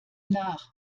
nach